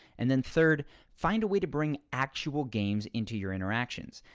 and then third find a way to bring actual games into your interactions.